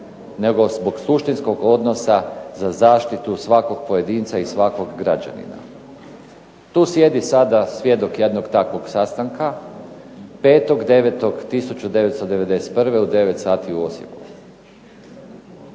nego zbog suštinskog odnosa za zaštitu svakog pojedinca i svakog građanina. Tu sjedi sada svjedok jednog takvog sastanka 5.09.1991. u 9 sati u Osijeku.